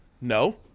no